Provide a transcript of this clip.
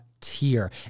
tier